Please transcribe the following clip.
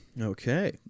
Okay